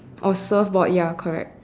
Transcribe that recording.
oh surfboard ya correct